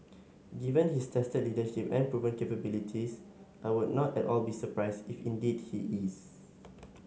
given his tested leadership and proven capabilities I would not at all be surprised if indeed he is